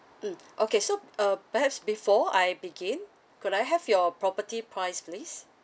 mm okay so uh perhaps before I begin could I have your property price please